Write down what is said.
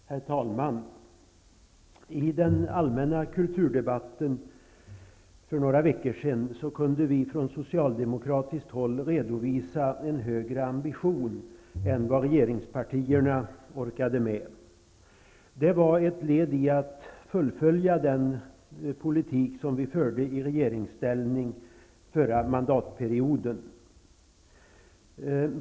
Herr talman! I den allmänna kulturdebatten för några veckor sedan kunde vi från socialdemokratiskt håll redovisa en högre ambition än vad regeringspartierna orkade med. Det var ett led i att fullfölja den politik som vi förde i regeringsställning under förra mandatperioden.